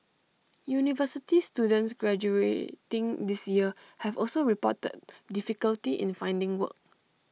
university students graduating this year have also reported difficulty in finding work